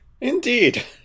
Indeed